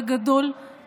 בגדול,